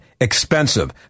expensive